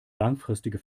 langfristige